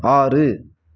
ஆறு